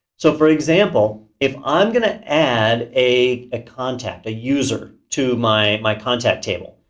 so for example, if i'm gonna add a ah contact, a user, to my my contact table.